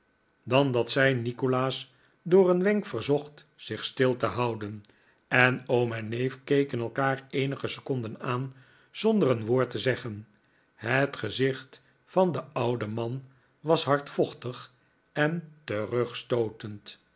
dan dat zij nikolaas door een wenk verzocht zich stil te houden en oom en neef keken elkaar eenige seconden aan zonder een woord te zeggen het gezicht van den ouden man was hardvochtig en terugstootend